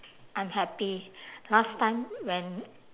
I'm happy last time when